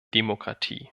demokratie